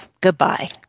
Goodbye